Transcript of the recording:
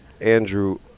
Andrew